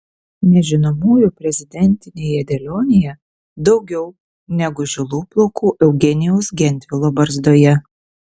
nežinomųjų prezidentinėje dėlionėje daugiau negu žilų plaukų eugenijaus gentvilo barzdoje